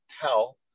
tell